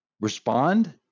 respond